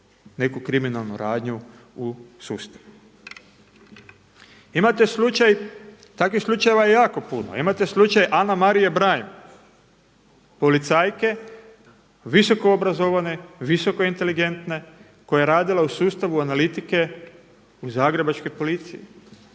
neku kriminalnu radnju u sustavu. Imate slučaj, takvih slučajeva je jako puno. Imate slučaj Ana Marija Brajm policajke visoko obrazovane, visoko inteligentne koja je radila u sustavu analitike u Zagrebačkoj policiji.